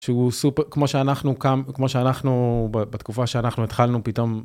שהוא סופר כמו שאנחנו כאן כמו שאנחנו בתקופה שאנחנו התחלנו פתאום.